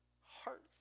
Heart